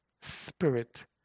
Spirit